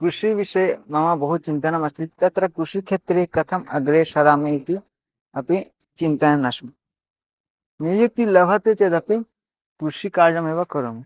कृषिविषये मम बहु चिन्तनम् अस्ति तत्र कृषिक्षेत्रे कथम् अग्रे सरामि इति अपि चिन्तयन् अस्मि नियुक्तिः लभति चेदपि कृषिकार्यमेव करोमि